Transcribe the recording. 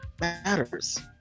matters